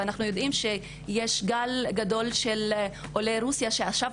אנחנו יודעים שיש גל גדול של עולי רוסיה שעכשיו